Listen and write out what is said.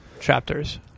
chapters